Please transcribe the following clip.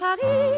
Paris